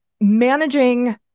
managing